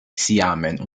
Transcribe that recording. xiamen